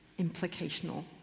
implicational